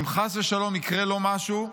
אם חס ושלום יקרה לו משהו,